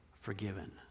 forgiven